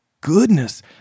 goodness